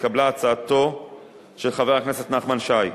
התקבלה הצעתו של חבר הכנסת נחמן שי,